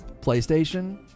PlayStation